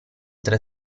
tre